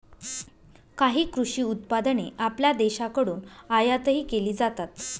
काही कृषी उत्पादने आपल्या देशाकडून आयातही केली जातात